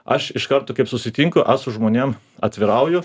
aš iš karto kaip susitinku aš su žmonėm atvirauju